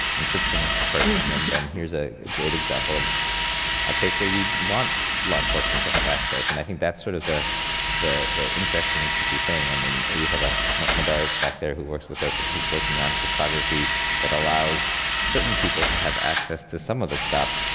encryption person, and here's ah a great example of a case where you want law enforcement to have access. and i think that's sort of the the interesting and tricky thing. i mean, we have a, madaris back there who works with us. and he's working on cryptography that allows certain people to have access to some of the stuff,